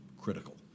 critical